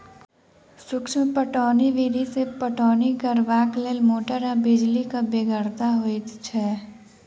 सूक्ष्म पटौनी विधि सॅ पटौनी करबाक लेल मोटर आ बिजलीक बेगरता होइत छै